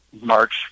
March